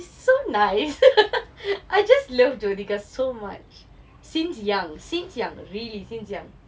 so nice I just love jyothika so much since young since young really since young